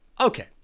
Okay